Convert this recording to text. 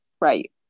Right